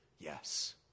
Yes